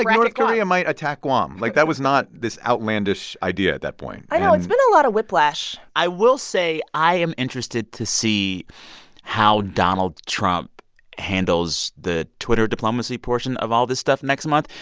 ah korea korea might attack guam. like, that was not this outlandish idea at that point. and. i know. it's been a lot of whiplash i will say i am interested to see how donald trump handles the twitter diplomacy portion of all this stuff next month.